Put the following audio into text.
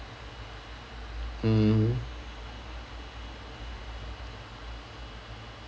mmhmm